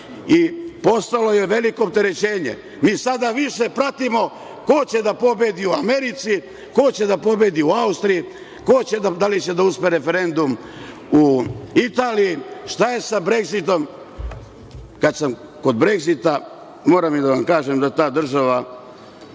Postalo je veliko opterećenje, mi sada više pratimo ko će da pobedi u Americi, ko će da pobedi u Austriji, da li će da uspe referendum u Italiji, šta je sa Bregzitom. Kad sam kod Bregzita, moram da vam kažem da je ta država